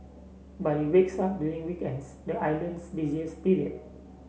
but it wakes up during weekends the island's busiest period